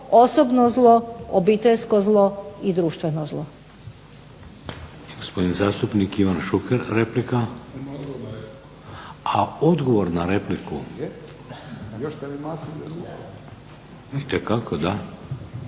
osobno zlo, obiteljsko zlo i društveno zlo.